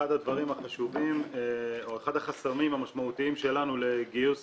אחד הדברים החשובים או אחד החסמים המשמעותיים שלנו לגיוס